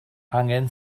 angen